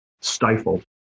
stifled